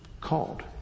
Called